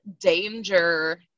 danger